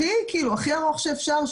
הכי ארוך שאפשר,